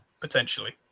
potentially